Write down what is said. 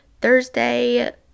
Thursday